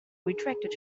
retracted